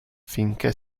finché